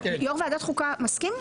יו"ר ועדת חוקה מסכים?